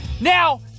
Now